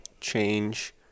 change